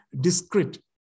discrete